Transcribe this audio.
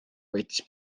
võttis